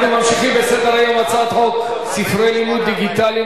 אנחנו ממשיכים בסדר-היום: הצעת חוק ספרי לימוד דיגיטליים,